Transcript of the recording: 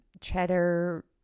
cheddar